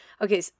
Okay